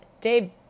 Dave